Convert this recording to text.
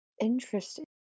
interesting